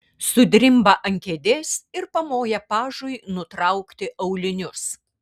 sudrimba ant kėdės ir pamoja pažui nutraukti aulinius